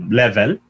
level